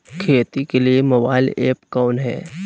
खेती के लिए मोबाइल ऐप कौन है?